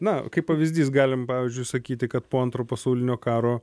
na kaip pavyzdys galim pavyzdžiui sakyti kad po antro pasaulinio karo